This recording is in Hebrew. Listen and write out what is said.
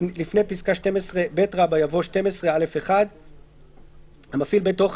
לפני פסקה 12ב יבוא : "12(א1)המפעיל בית אוכל